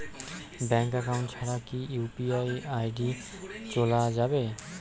Bank account ছাড়া কি UPI ID চোলা যাবে?